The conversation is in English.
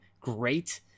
great